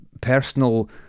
personal